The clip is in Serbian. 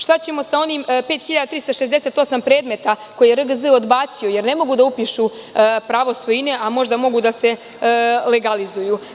Šta ćemo sa onih 5.368 predmeta koje je RGZ odbacio, jer ne mogu da upišu pravo svojine, a možda mogu da se legalizuju?